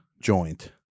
joint